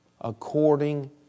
according